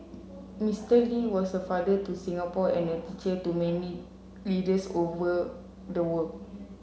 Mister Lee was a father to Singapore and a teacher to many leaders all over the world